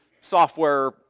software